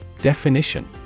Definition